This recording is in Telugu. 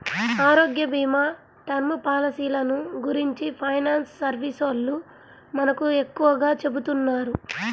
ఆరోగ్యభీమా, టర్మ్ పాలసీలను గురించి ఫైనాన్స్ సర్వీసోల్లు మనకు ఎక్కువగా చెబుతున్నారు